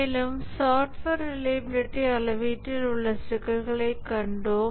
மேலும் software reliability அளவீட்டில் உள்ள சிக்கல்களைக் கண்டோம்